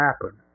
happen